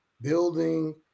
building